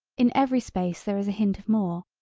in every space there is a hint of more,